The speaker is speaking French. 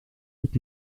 luc